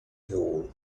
hole